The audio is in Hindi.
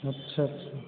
अच्छा अच्छा